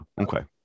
Okay